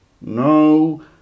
No